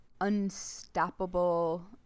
unstoppable